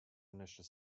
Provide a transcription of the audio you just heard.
initial